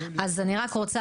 אז אני רק רוצה,